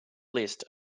list